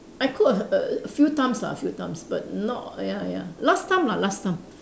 I cook a a few times lah a few times but not ya ya last time lah last time